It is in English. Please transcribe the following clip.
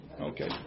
Okay